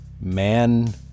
man